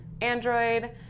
Android